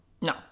no